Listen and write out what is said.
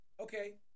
Okay